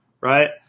right